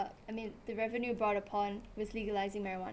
I mean the revenue brought upon with legalising marijuana